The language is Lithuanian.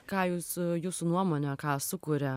ką jūs jūsų nuomone ką sukuria